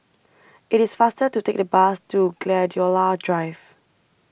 IT IS faster to Take The Bus to Gladiola Drive